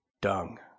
dung